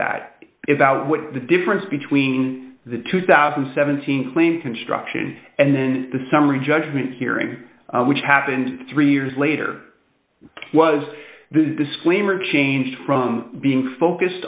that about what the difference between the two thousand and seventeen claim construction and then the summary judgment hearing which happened three years later was the disclaimer changed from being focused